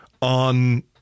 on